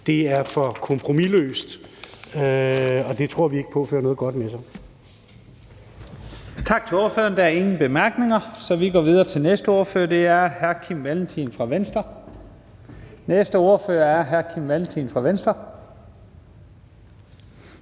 Det er for kompromisløst, og det tror vi ikke på fører noget godt med sig.